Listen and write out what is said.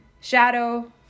shadow